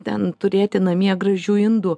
ten turėti namie gražių indų